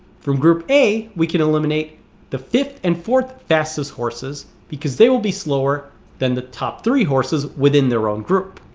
from group a, we can eliminate the fifth and fourth fastest horses because they will be slower than the top three horses within their own group